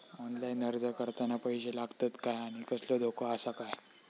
Online अर्ज करताना पैशे लागतत काय आनी कसलो धोको आसा काय?